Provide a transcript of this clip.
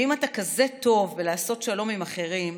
ואם אתה כזה טוב בלעשות שלום עם אחרים,